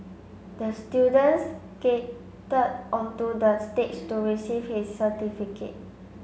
the student skated onto the stage to receive his certificate